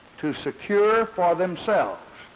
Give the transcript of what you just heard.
to secure for themselves